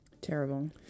Terrible